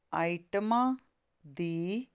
ਆਈਟਮਾਂ ਦੀ